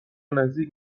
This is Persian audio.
نزدیک